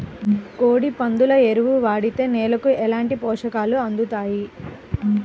కోడి, పందుల ఎరువు వాడితే నేలకు ఎలాంటి పోషకాలు అందుతాయి